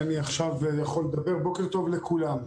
בוקר טוב לכולם.